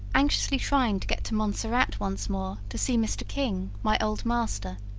anxiously trying to get to montserrat once more to see mr. king, my old master,